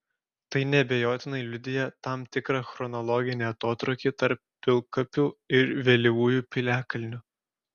tai neabejotinai liudija tam tikrą chronologinį atotrūkį tarp pilkapių ir vėlyvųjų piliakalnių